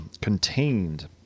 contained